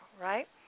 right